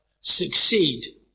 succeed